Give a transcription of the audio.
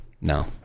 No